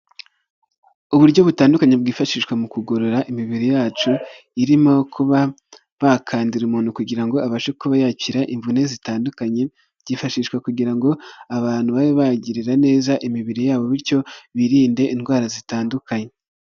Uburyo butandukanye bwifashishwa mu kugorora imibiri yacu irimo kuba bakandira umuntu kugira ngo abashe kuba yakira imvune zitandukanye byifashishwa kugira ngo abantu babe bagirira neza imibiri yabo bityo birinde indwara zitandukanye.